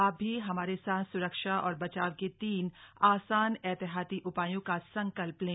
आप भी हमारे साथ स्रक्षा और बचाव के तीन आसान एहतियाती उपायों का संकल्प लें